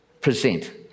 present